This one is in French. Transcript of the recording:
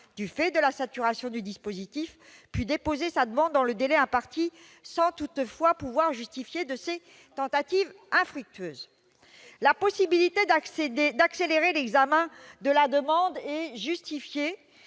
du fait de la saturation du dispositif, pu déposer sa demande dans le délai imparti, sans toutefois pouvoir justifier de ses tentatives infructueuses ». La possibilité d'accélérer l'examen de la demande est justifiée,